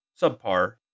subpar